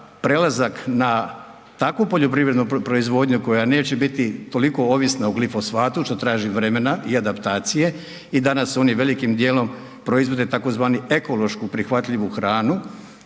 prelazak na takvu poljoprivrednu proizvodnju koja neće biti toliko ovisna o glifosatu, što traži vremena i adaptacije i danas oni velikim dijelom proizvode tzv. ekološku prihvatljivu hranu,